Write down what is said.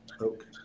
Okay